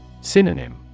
Synonym